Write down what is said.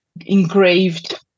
engraved